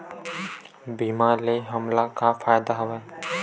बीमा ले हमला का फ़ायदा हवय?